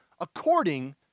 according